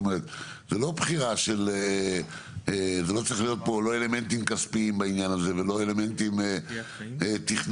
זאת לא בחירה שצריכה להיות בה אלמנטים כספיים או אלמנטים תכנוניים,